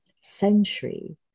century